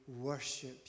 worship